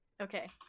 Okay